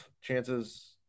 chances